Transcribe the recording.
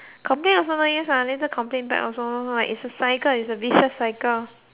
complaint also no use one later complaint back also like it's a cycle it's a vicious cycle